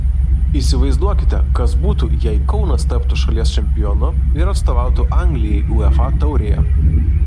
įsivaizduokite kas būtų jei kaunas taptų šalies čempionu ir atstovautų anglijai uefa taurėje